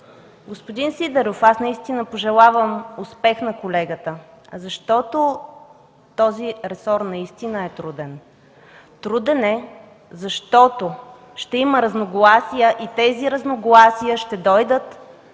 Господин Сидеров, аз наистина пожелавам успех на колегата, защото този ресор наистина е труден. Труден е, защото ще има разногласия и тези разногласия ще дойдат